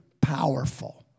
powerful